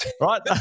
right